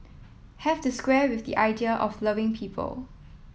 have to square with the idea of loving people